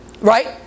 right